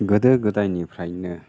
गोदो गोदायनिफ्रायनो